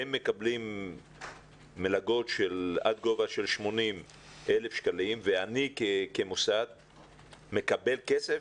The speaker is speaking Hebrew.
הם מקבלים מלגות עד לגובה של 80,000 שקלים ואני כמוסד מקבל כסף?